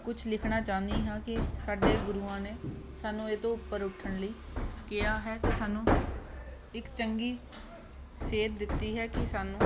ਕੁਛ ਲਿਖਣਾ ਚਾਹੁੰਦੀ ਹਾਂ ਕਿ ਸਾਡੇ ਗੁਰੂਆਂ ਨੇ ਸਾਨੂੰ ਇਹ ਤੋਂ ਉੱਪਰ ਉੱਠਣ ਲਈ ਕਿਹਾ ਹੈ ਅਤੇ ਸਾਨੂੰ ਇੱਕ ਚੰਗੀ ਸੇਧ ਦਿੱਤੀ ਹੈ ਕਿ ਸਾਨੂੰ